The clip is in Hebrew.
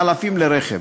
חלפים לרכב,